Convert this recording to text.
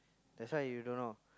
that's why you don't know